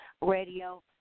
Radio